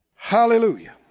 Hallelujah